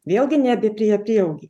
vėlgi ne apie prie prieaugį